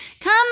Come